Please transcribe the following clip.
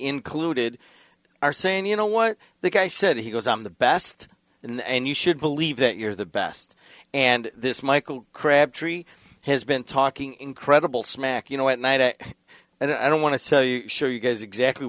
included are saying you know what the guy said he goes i'm the best and you should believe that you're the best and this michael crabtree has been talking incredible smack you know at night and i don't want to show you guys exactly